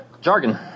Jargon